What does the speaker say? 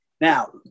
Now